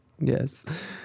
Yes